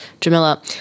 Jamila